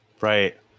right